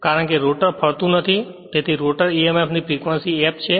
કારણ કે રોટર ફરતું નથી તેથી રોટર emf ની ફ્રેક્વંસી f છે